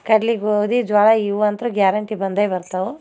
ಕಡ್ಲೆ ಗೋಧಿ ಜೋಳ ಇವು ಅಂತೂ ಗ್ಯಾರೆಂಟಿ ಬಂದೇ ಬರ್ತವೆ